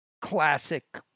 classic